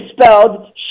spelled